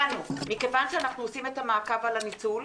מכיוון שאנחנו עושים את המעקב על הניצול,